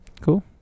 Cool